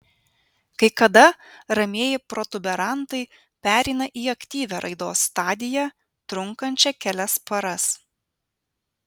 kai kada ramieji protuberantai pereina į aktyvią raidos stadiją trunkančią kelias paras